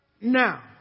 now